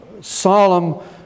solemn